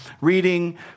reading